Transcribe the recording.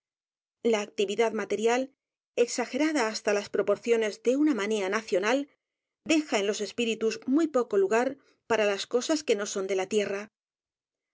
la actividad material exagerada hasta las e edgar poe proporciones de una manía nacional deja en los espír i t u s muy poco lugar para la cosas que no son de la tierra